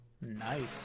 Nice